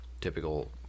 typical